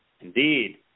Indeed